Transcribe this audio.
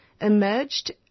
emerged